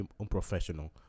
unprofessional